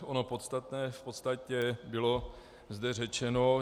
Ono podstatné v podstatě bylo zde řečeno.